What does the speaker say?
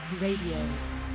Radio